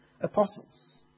apostles